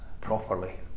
properly